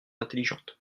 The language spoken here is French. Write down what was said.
intelligente